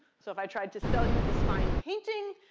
so if i tried to sell you this fine painting,